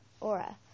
aura